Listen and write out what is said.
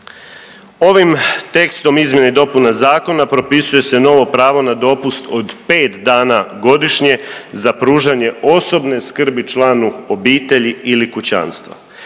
Ovim tekstom izmjena i dopuna zakona propisuje se novo pravo na dopust od 5 dana godišnje za pružanje osobne skrbi članu obitelji ili kućanstva.